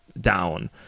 down